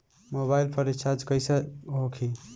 Mobile पर recharge कैसे होखी?